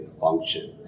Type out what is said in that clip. function